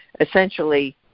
essentially